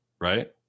right